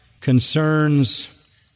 concerns